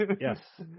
Yes